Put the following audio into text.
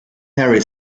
harry